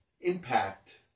impact